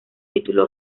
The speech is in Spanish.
título